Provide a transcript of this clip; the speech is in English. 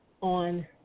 on